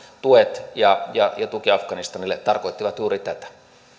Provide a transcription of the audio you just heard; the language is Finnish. tuet ja ja tuki afganistanille tarkoittivat juuri tätä